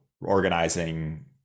organizing